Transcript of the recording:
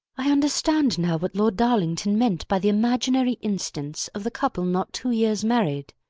i understand now what lord darlington meant by the imaginary instance of the couple not two years married.